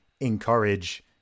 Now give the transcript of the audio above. encourage